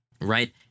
right